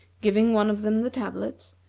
giving one of them the tablets,